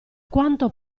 quanto